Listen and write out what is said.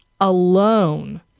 alone